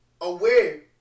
aware